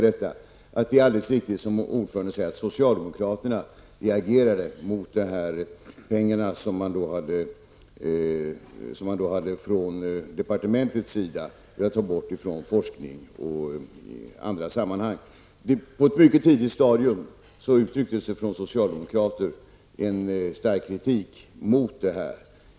Det är alldeles riktigt, som ordföranden nämnde, att socialdemokraterna reagerade mot departementets förslag att ta bort pengar från bl.a. forskning. På ett mycket tidigt stadium riktade utskottets socialdemokrater stark kritik mot detta.